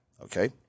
okay